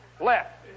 left